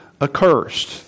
accursed